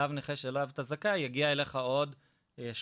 תו הנכה שאליו אתה זכאי יגיע אליך עוד שבועיים",